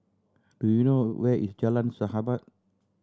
do you know where is Jalan Sahabat